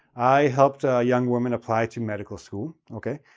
i helped a young woman apply to medical school, okay?